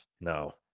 no